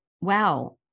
wow